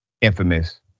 infamous